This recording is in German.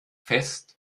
fest